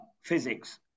physics